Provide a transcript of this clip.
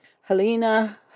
Helena